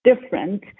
different